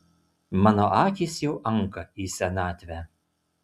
mano akys jau anka į senatvę